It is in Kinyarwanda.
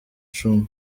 cumi